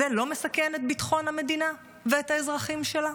זה לא מסכן את ביטחון המדינה ואת האזרחים שלה?